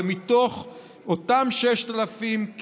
ומתוך אותם 6,000,